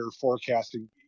forecasting